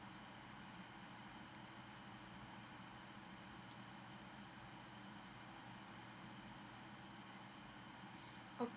oh